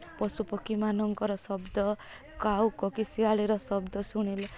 ପଶୁ ପକ୍ଷୀମାନଙ୍କର ଶବ୍ଦ କାଉ କୋକିଶିଆଳିର ଶବ୍ଦ ଶୁଣିଲେ